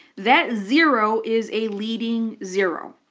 that zero is a leading zero.